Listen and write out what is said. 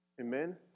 Amen